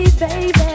baby